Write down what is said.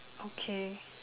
okay